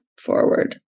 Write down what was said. forward